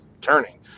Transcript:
turning